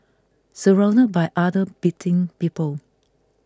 surrounded by other beating people